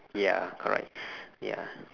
ya correct ya